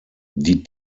die